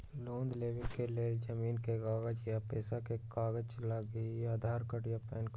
Loan लेवेके लेल जमीन के कागज या पेशा के कागज लगहई या आधार कार्ड या पेन कार्ड?